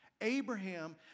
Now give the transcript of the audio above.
Abraham